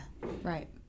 Right